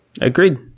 Agreed